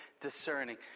discerning